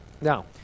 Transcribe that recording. Now